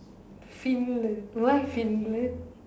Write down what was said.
Finland why Finland